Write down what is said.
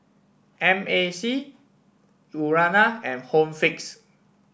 M A C Urana and Home Fix